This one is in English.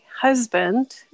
husband